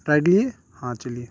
right لیجیے ہاں چلیے